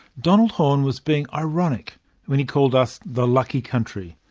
donald horne was being ironic when he called us the lucky country.